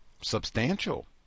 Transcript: substantial